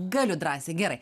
galiu drąsiai gerai